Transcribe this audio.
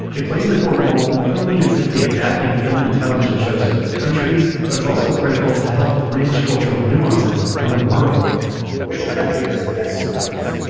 it plays an important role not only in simply adapting film and television shows to other countries, but it's also critical to help bridge cultural nuances around the world which country has the best dubbers?